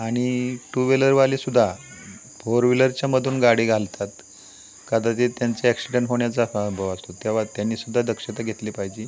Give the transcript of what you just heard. आणि टू व्हीलरवाले सुद्धा फोर व्हीलरच्या मधून गाडी घालतात कदाचित त्यांचा ॲक्सिडेंट होण्याचा संभव असतो तेव्हा त्यांनी सुद्धा दक्षता घेतली पाहिजे